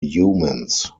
humans